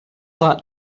that